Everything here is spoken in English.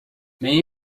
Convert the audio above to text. many